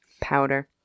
Powder